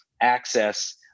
access